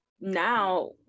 now